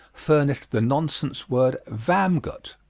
furnished the nonsense word vamgot,